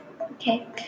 Okay